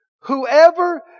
whoever